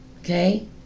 Okay